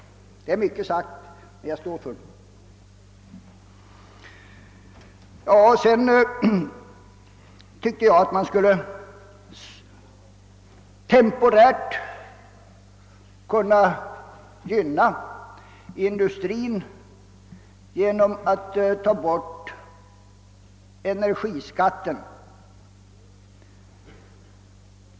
Det är mycket sagt, men jag står för det. Vidare anser jag att man temporärt skulle kunna gynna industrin genom att ta bort energiskatten.